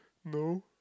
no